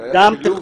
זה היה שילוב,